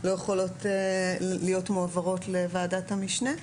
לא יכולות להיות מועברות לוועדת המשנה,